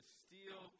steal